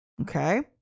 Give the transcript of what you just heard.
Okay